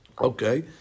okay